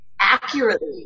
accurately